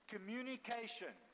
Communication